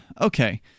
Okay